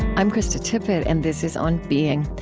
i'm krista tippett, and this is on being.